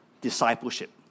discipleship